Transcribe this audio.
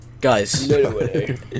Guys